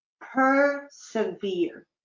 persevere